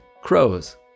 Crows